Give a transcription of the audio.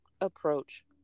approach